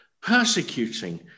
persecuting